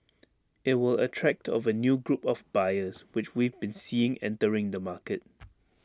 IT will attract of A new group of buyers which we've been seeing entering the market